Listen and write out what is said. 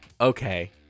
okay